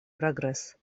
прогресс